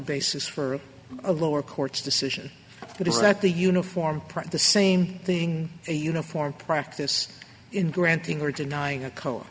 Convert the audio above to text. basis for a lower court's decision that is that the uniform print the same thing a uniform practice in granting or denying a cold